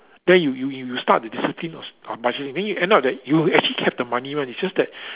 then you you you start with discipline on on budget that means you end up that you actually have the money one is just that